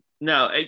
No